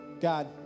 God